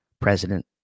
president